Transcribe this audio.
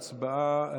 וההצבעה,